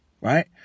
right